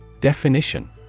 Definition